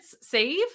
save